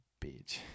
bitch